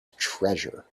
treasure